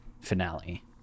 finale